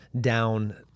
down